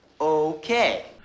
okay